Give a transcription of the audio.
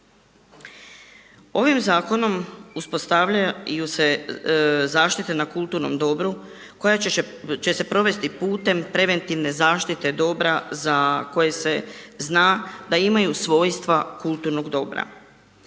Ovim zakonom uspostavljaju se zaštite na kulturnom dobru koja će se provesti putem preventivne zaštite dobra za koje se zna da imaju svojstva kulturnog dobra.